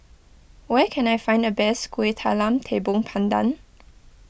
where can I find the best Kuih Talam Tepong Pandan